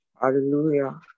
Hallelujah